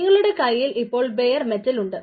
നിങ്ങളുടെ കയ്യിൽ ഇപ്പോൾ ബെയർ മെറ്റൽ ഉണ്ട്